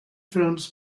films